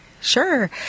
Sure